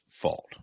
Fault